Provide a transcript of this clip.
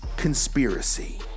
conspiracy